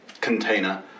container